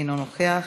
אינו נוכח,